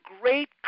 great